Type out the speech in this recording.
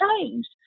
changed